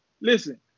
Listen